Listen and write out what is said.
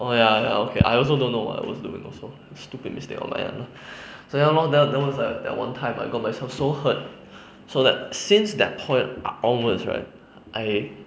oh ya ya okay I also don't know what I was doing also stupid mistake on my end ah so ya lor that that was that one time I got myself so hurt so like since that point onwards right I